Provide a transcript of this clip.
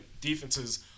defenses